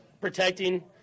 protecting